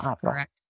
Correct